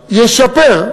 ישפר,